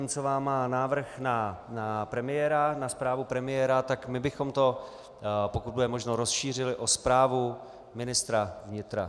Němcová má návrh na premiéra, na zprávu premiéra, tak my bychom to, pokud bude možno, rozšířili o zprávu ministra vnitra.